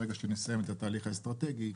ברגע שנסיים את התהליך האסטרטגי,